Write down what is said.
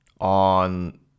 on